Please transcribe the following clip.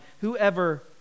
Whoever